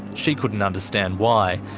she couldn't understand why.